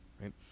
right